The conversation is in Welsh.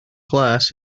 glas